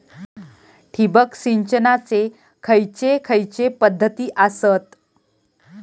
ठिबक सिंचनाचे खैयचे खैयचे पध्दती आसत?